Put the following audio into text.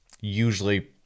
usually